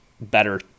better